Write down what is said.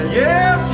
yes